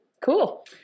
Cool